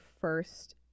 first